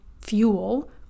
fuel